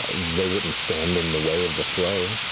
they wouldn't stand in the way of the flow.